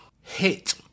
hit